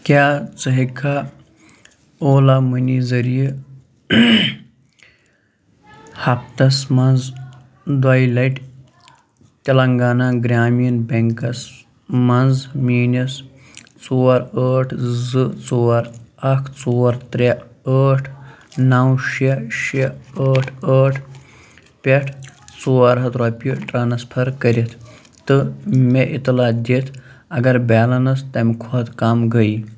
کیٛاہ ژٕ ہیٚکہِ کھا اولا مٔنی ذٔریعہٕ ہفتس منٛز دۄیہِ لٹہِ تِلنٛگانا گرٛامیٖن بٮ۪نٛکس منٛز میٛٲنِس ژور ٲٹھ زٕ ژور اکھ ژور ترٛےٚ ٲٹھ نَو شےٚ شےٚ ٲٹھ ٲٹھ پٮ۪ٹھ ژور ہَتھ رۄپیہِ ٹرٛانسفر کٔرِتھ تہٕ مےٚ اطلاع دِتھ اگر بیلَنٕس تَمہِ کھۄتہٕ کم گٔے